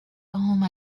home